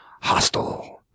hostile